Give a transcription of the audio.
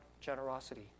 generosity